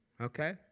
Okay